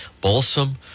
Balsam